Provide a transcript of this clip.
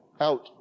Out